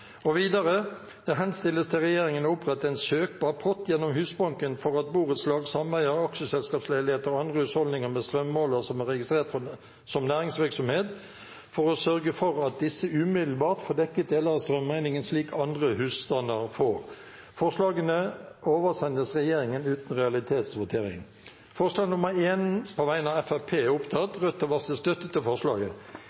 henstilles til regjeringen å opprette en søkbar pott gjennom Husbanken for at borettslag, sameier, aksjeselskapsleiligheter og andre husholdninger med strømmåler som er registrert som næringsvirksomhet, for å sørge for at disse umiddelbart får dekket deler av strømregningen slik andre husstander får.» Presidenten foreslår at disse forslagene oversendes regjeringen uten realitetsvotering.